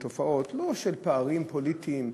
בתופעות לא של פערים פוליטיים,